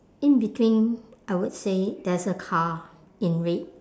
in between I would say there's a car in red